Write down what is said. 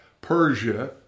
Persia